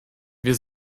wir